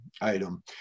item